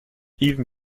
even